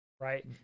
Right